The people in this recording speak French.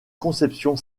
conception